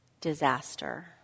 disaster